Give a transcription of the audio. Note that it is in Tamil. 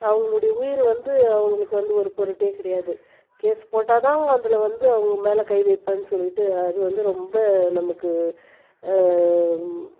அவங்களுடைய உயிர் வந்து அவங்களுக்கு வந்து ஒரு பொருட்டே கிடையாது கேஸ் போட்டால் தான் அதில் வந்து அவங்க மேலே கை வைப்பேன்னு சொல்லிகிட்டு அது வந்து ரொம்ப நமக்கு